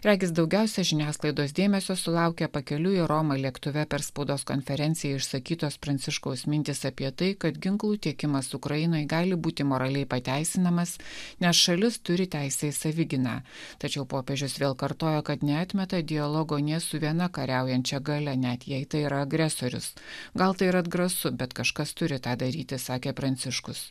regis daugiausiai žiniasklaidos dėmesio sulaukė pakeliui į romą lėktuve per spaudos konferenciją išsakytos pranciškaus mintys apie tai kad ginklų tiekimas ukrainai gali būti moraliai pateisinamas nes šalis turi teisę į savigyną tačiau popiežius vėl kartojo kad neatmeta dialogo nė su viena kariaujančia galia net jei tai yra agresorius gal tai ir atgrasu bet kažkas turi tą daryti sakė pranciškus